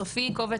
הקובץ